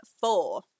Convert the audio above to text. four